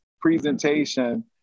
presentation